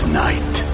night